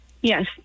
Yes